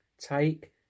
take